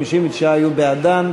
סעיף 10 לשנת 2016,